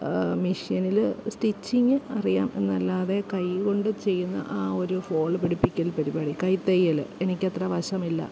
മെഷീനിൽ സ്റ്റിച്ചിങ് അറിയാം എന്നല്ലാതെ കൈകൊണ്ട് ചെയ്യുന്ന ആ ഒരു ഫോൾ പിടിപ്പിക്കൽ പരിപാടി കൈത്തയ്യൽ എനിക്ക് അത്ര വശമില്ല